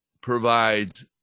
provides